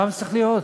למה זה צריך להיות?